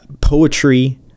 poetry